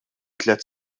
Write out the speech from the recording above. tliet